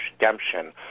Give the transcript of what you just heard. redemption